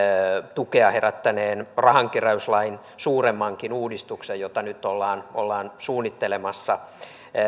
tukea herättäneen rahankeräyslain suuremmankin uudistuksen jota nyt ollaan ollaan suunnittelemassa